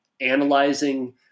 analyzing